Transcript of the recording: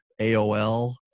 AOL